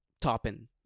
topping